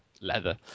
leather